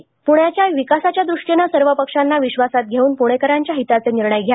शहरांतील रस्ते पुण्याच्या विकासाच्या दृष्टीने सर्व पक्षांना विश्वासात घेऊन पुणेकरांच्या हिताचे निर्णय घ्या